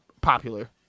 popular